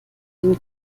den